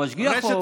המשגיח?